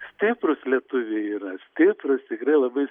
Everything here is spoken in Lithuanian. stiprūs lietuviai yra stiprūs tikrai labai